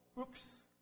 oops